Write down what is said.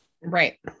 Right